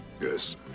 yes